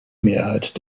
mehrheit